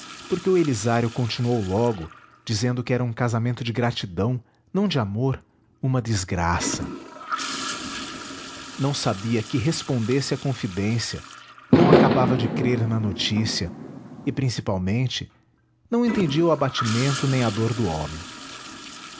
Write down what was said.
porque o elisiário continuou logo dizendo que era um casamento de gratidão não de amor uma desgraça não sabia que respondesse à confidência não acabava de crer na notícia e principalmente não entendia o abatimento nem a dor do homem